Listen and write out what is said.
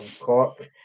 Cork